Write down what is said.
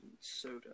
soda